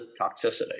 toxicity